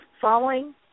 following